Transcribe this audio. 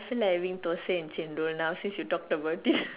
I feel like having dosai and chendol now since you talked about it